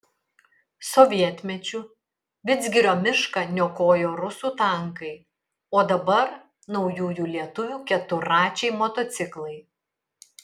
sovietmečiu vidzgirio mišką niokojo rusų tankai o dabar naujųjų lietuvių keturračiai motociklai